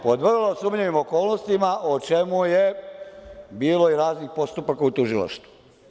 Pod veoma sumnjivim okolnostima o čemu je bilo i raznih postupaka u tužilaštvu.